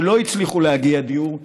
שלא הצליחו להגיע לדיור משלהן.